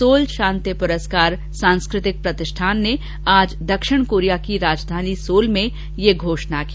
soul शांति पुरस्कार सांस्कृतिक प्रतिष्ठान ने आज दक्षिण कोरिया की राजधानी सोल में यह घोषणा की